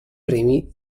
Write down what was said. premi